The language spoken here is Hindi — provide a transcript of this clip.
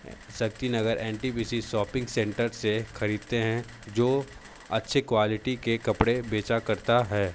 शक्ति Nagar N T P C shopping centre से खरीदते हैं जो अच्छी क्वालिटी के कपड़े बेचा करता है